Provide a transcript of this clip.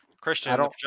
Christian